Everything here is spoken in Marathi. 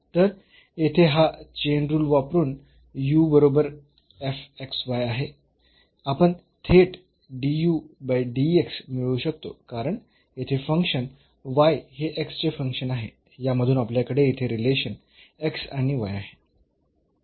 तर येथे हा चेन रुल वापरून u बरोबर आहे आपण थेट मिळवू शकतो कारण येथे फंक्शन हे चे फंक्शन आहे यामधून आपल्याकडे येथे रिलेशन आणि आहे